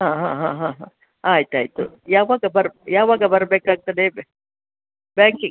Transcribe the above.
ಹಾಂ ಹಾಂ ಹಾಂ ಹಾಂ ಆಯ್ತು ಆಯಿತು ಯಾವಾಗ ಬರ್ ಯಾವಾಗ ಬರಬೇಕಾಗ್ತದೆ ಬ್ಯಾಂಕಿಗೆ